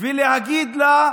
ולהגיד לה: